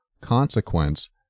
consequence